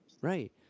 right